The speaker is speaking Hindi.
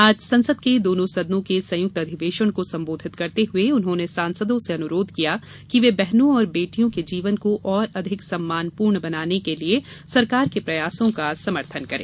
आज संसद के दोनों सदनों के संयुक्त अधिवेशन को संबोधित करते हुए उन्होंने सांसदों से अनुरोध किया कि वे बहनों और बेटियों के जीवन को और अधिक सम्मानपूर्ण बनाने के लिये सरकार के प्रयासों का समर्थन करें